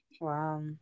Wow